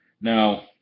Now